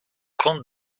compte